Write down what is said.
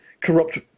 corrupt